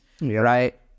Right